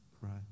Right